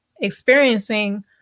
experiencing